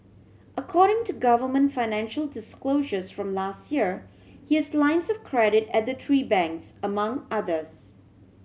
according to government financial disclosures from last year he is lines of credit at the three banks among others